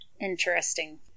Interesting